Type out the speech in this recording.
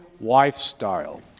lifestyle